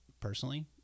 personally